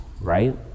right